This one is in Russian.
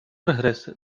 прогресс